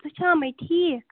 ژٕ چھِ ہامَے ٹھیٖک